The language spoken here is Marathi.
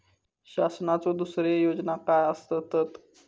शासनाचो दुसरे योजना काय आसतत?